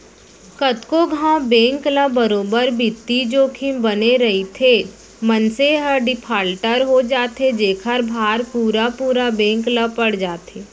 कतको घांव बेंक ल बरोबर बित्तीय जोखिम बने रइथे, मनसे ह डिफाल्टर हो जाथे जेखर भार पुरा पुरा बेंक ल पड़ जाथे